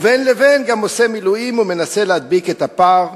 ובין לבין גם עושה מילואים ומנסה להדביק את הפער,